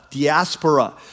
Diaspora